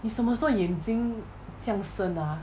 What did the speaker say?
你什么时候眼睛这样深的啊